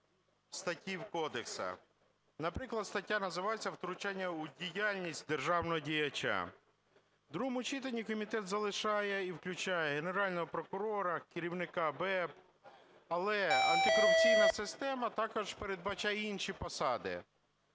статей кодексу. Наприклад, стаття називається "Втручання в діяльність державного діяча". У другому читанні комітет залишає і включає Генерального прокурора, керівника БЕБ, але антикорупційна система також передбачає інші посади.